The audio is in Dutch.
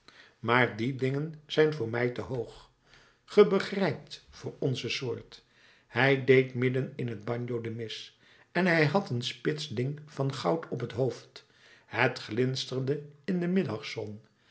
maar die dingen zijn voor mij te hoog ge begrijpt voor onze soort hij deed midden in het bagno de mis en hij had een spits ding van goud op het hoofd het glinsterde in de middagzon